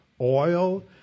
oil